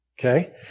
Okay